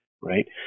right